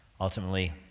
ultimately